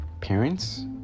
parents